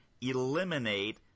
Eliminate